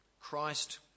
Christ